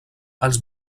els